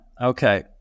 okay